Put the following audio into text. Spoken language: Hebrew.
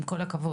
עם כל הכבוד.